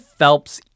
Phelps